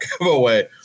giveaway